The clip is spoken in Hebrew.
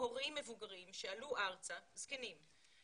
הורים מבוגרים שעלו ארצה, זקנים.